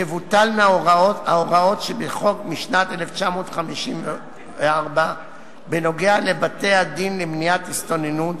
תבוטלנה ההוראות שבחוק משנת 1954 בכל הקשור לבתי-הדין למניעת הסתננות,